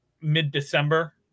mid-December